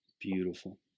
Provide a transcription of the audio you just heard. Beautiful